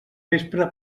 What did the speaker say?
vespre